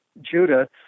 Judah